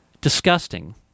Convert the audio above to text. Disgusting